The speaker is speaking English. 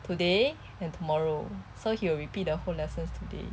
today and tomorrow so he will repeat the whole lessons today